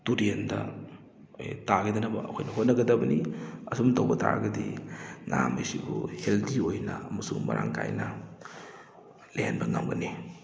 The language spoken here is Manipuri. ꯇꯨꯔꯦꯟꯗ ꯑꯩꯏ ꯇꯥꯈꯤꯗꯅꯕ ꯑꯩꯈꯣꯏꯅ ꯍꯣꯠꯅꯒꯗꯕꯅꯤ ꯑꯁꯨꯝ ꯇꯧꯕ ꯇꯥꯔꯒꯗꯤ ꯉꯥ ꯈꯩꯁꯤꯕꯨ ꯍꯦꯜꯗꯤ ꯑꯣꯏꯅ ꯑꯃꯁꯨꯡ ꯃꯔꯥꯡ ꯀꯥꯏꯅ ꯂꯩꯍꯟꯕ ꯉꯝꯒꯅꯤ